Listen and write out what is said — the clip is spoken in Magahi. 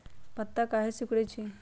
पत्ता काहे सिकुड़े छई?